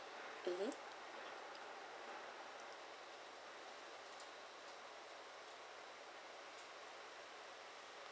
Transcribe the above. mmhmm